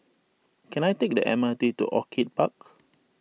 can I take the M R T to Orchid Park